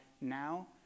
now